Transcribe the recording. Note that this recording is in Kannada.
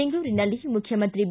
ಬೆಂಗಳೂರಿನಲ್ಲಿ ಮುಖ್ಯಮಂತ್ರಿ ಬಿ